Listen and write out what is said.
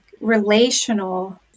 relational